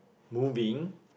moving